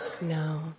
no